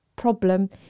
problem